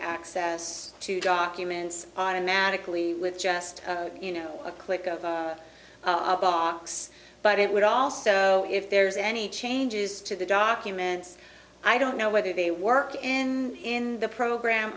access to documents and manically with just you know a click of a box but it would also if there's any changes to the documents i don't know whether they work in the program